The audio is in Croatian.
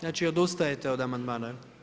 Znači odustajete od amandmana?